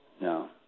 No